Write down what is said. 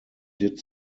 did